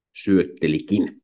syöttelikin